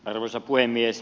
arvoisa puhemies